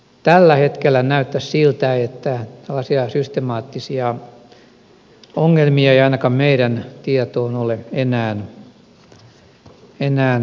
tällä hetkellä näyttäisi siltä että tällaisia systemaattisia ongelmia ei ainakaan meidän tietoomme ole enää tullut